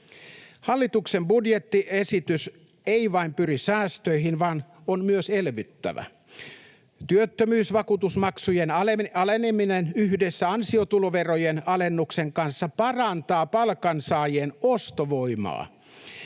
Hallituksen budjettiesitys ei vain pyri säästöihin, vaan on myös elvyttävä. Työttömyysvakuutusmaksujen aleneminen yhdessä ansiotuloverojen alennuksen kanssa parantaa palkansaajien ostovoimaa.